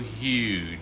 huge